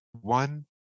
one